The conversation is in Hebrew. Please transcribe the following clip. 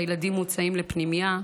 והילדים מוצאים לפנימייה.